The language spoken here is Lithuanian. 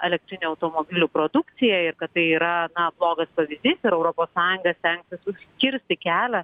elektrinių automobilių produkcija ir kad tai yra blogas pavyzdys ir europos sąjunga stengtis užkirsti kelią